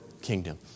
kingdom